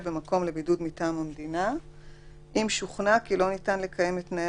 במקום לבידוד מטעם המדינה אם שוכנע כי לא ניתן לקיים את תנאי